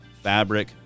fabric